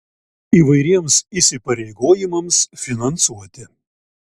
įvairiems įsipareigojimams finansuoti